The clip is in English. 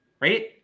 right